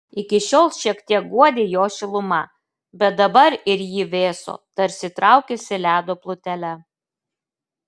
iki šiol šiek tiek guodė jo šiluma bet dabar ir ji vėso tarsi traukėsi ledo plutele